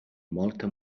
molta